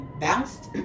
bounced